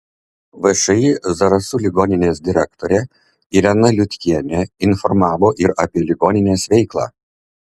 všį zarasų ligoninės direktorė irena liutkienė informavo ir apie ligoninės veiklą